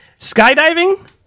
skydiving